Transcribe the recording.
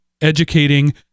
educating